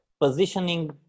positioning